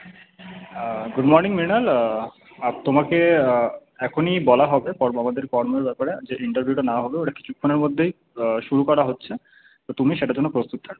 good morning Mrinal তোমাকে এক্ষুনি বলা হবে কর্ম আমাদের কর্মের ব্যাপারে যে ইন্টারভিউটা নেওয়া হবে ওটা কিছুক্ষণের মধ্যেই শুরু করা হচ্ছে তো তুমি সেটার জন্য প্রস্তুত থাকো